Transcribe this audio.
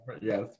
Yes